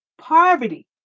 poverty